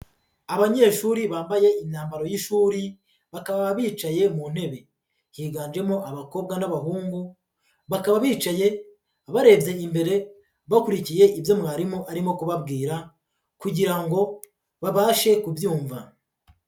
Abanyeshuri bambaye imyambaro y'ishuri, bakaba bicaye mu ntebe, higanjemo abakobwa n'abahungu, bakaba bicaye barebye imbere, bakurikiye ibyo mwarimu arimo kubabwira kugira ngo babashe kubyumva.